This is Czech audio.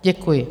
Děkuji.